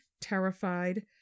terrified